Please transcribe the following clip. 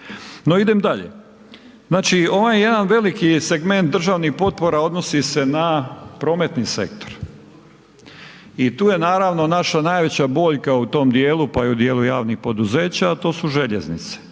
idem dalje. Znači ovaj jedan veliki segment državnih potpora odnosi se na prometni sektor i tu je naravno naša najveća boljka u tom djelu pa i u djelu javnih poduzeća a to su željeznice,